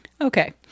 Okay